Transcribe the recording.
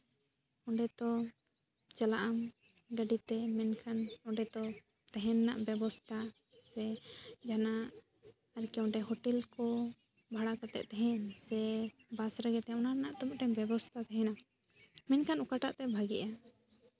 ᱚᱸᱰᱮ ᱛᱚ ᱪᱟᱞᱟᱜ ᱟᱢ ᱜᱟᱹᱰᱤᱛᱮ ᱢᱮᱱᱠᱷᱟᱱ ᱚᱸᱰᱮ ᱛᱚ ᱛᱟᱦᱮᱸ ᱨᱮᱱᱟᱜ ᱵᱮᱵᱚᱥᱛᱷᱟ ᱥᱮ ᱡᱟᱦᱟᱱᱟᱜ ᱟᱨᱠᱤ ᱦᱳᱴᱮᱞ ᱠᱚ ᱵᱷᱟᱲᱟ ᱠᱟᱛᱮ ᱛᱟᱦᱮᱱ ᱥᱮ ᱵᱟᱥ ᱨᱮᱜᱮ ᱛᱟᱦᱮᱱ ᱚᱱᱟ ᱨᱮᱱᱟᱜ ᱛᱚ ᱢᱤᱫᱴᱟᱱ ᱵᱮᱵᱚᱥᱛᱷᱟ ᱛᱟᱦᱮᱱᱟ ᱢᱮᱱᱠᱷᱟᱱ ᱚᱠᱟᱴᱟᱜ ᱛᱮ ᱵᱷᱟᱹᱜᱤᱜᱼᱟ